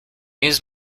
use